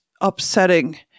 upsetting